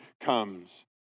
comes